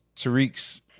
Tariq's